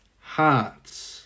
hearts